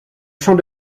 champ